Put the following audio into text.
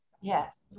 Yes